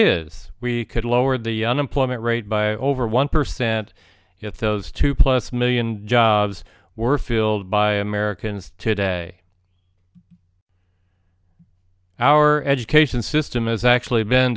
is we could lower the unemployment rate by over one percent yet those two plus million jobs were filled by americans today our education system has actually been